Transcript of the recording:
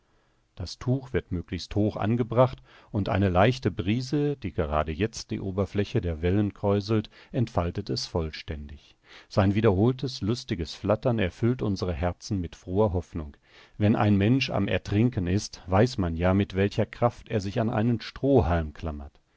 das tuch wird möglichst hoch angebracht und eine leichte brise die gerade jetzt die oberfläche der wellen kräuselt entfaltet es vollständig sein wiederholtes lustiges flattern erfüllt unsere herzen mit froher hoffnung wenn ein mensch am ertrinken ist weiß man ja mit welcher kraft er sich an einen strohhalm klammert